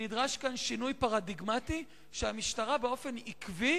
נדרש כאן שינוי פרדיגמטי שהמשטרה באופן עקבי